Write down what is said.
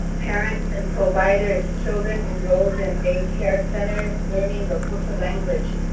parents, and providers. children enrolled in day care center learning lakota language,